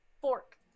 Fork